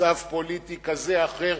מצב פוליטי כזה או אחר,